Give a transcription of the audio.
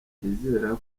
yizera